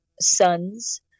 sons